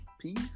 Peace